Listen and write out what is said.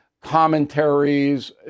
commentaries